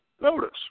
notice